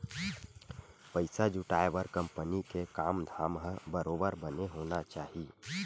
पइसा जुटाय बर कंपनी के काम धाम ह बरोबर बने होना चाही